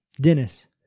dennis